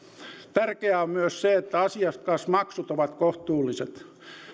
tärkeää on myös se että asiakasmaksut ovat kohtuulliset